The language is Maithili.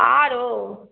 आओर